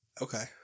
Okay